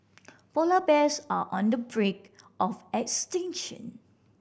polar bears are on the brink of extinction